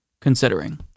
considering